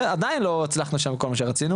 עדיין לא הצלחנו שם עם כל מה שרצינו,